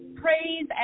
praise